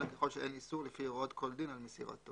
אלא ככל שאין איסור לפי הוראות כל דין על מסירתו".